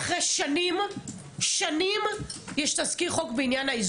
-- אחרי שנים יש תזכיר חוק בעניין האיזוק.